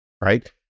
right